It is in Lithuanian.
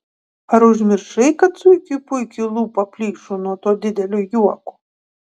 ar užmiršai kad zuikiui puikiui lūpa plyšo nuo to didelio juoko